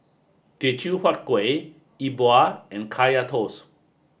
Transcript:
Teochew Huat Kueh E Bua and Kaya Toast